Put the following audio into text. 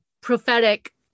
prophetic